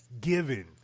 given